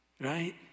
right